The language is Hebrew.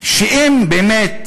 שאם באמת